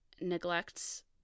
neglects